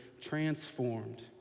transformed